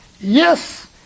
Yes